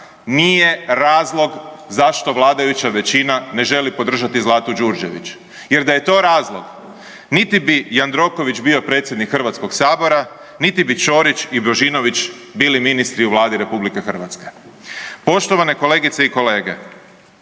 nije razlog zašto vladajuća većina ne želi podržati Zlatu Đurđević jer da je to razlog niti bi Jandroković bio predsjednik HS-a niti bi Ćorić i Božinović bili ministri u Vladu RH. Poštovane kolegice i kolege,